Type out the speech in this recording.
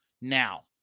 Now